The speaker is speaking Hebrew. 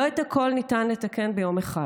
לא את הכול ניתן לתקן ביום אחד,